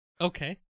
Okay